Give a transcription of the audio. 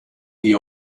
the